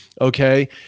Okay